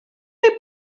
chi